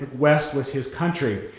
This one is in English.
west was his country.